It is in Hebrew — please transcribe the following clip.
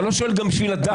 אתה גם לא שואל כדי לדעת.